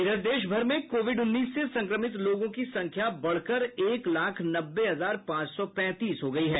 इधर देशभर में कोविड उन्नीस संक्रमित लोगों की संख्या बढ़कर एक लाख नब्बे हजार पांच सौ तैंतीस हो गई है